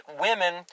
women